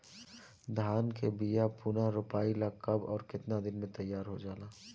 धान के बिया पुनः रोपाई ला कब और केतना दिन में तैयार होजाला?